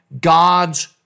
God's